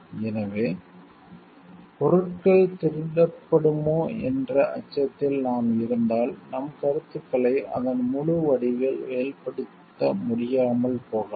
எனவே பொருட்கள் திருடப்படுமோ என்ற அச்சத்தில் நாம் இருந்தால் நம் கருத்துக்களை அதன் முழு வடிவில் வெளிப்படுத்த முடியாமல் போகலாம்